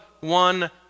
one